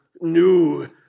new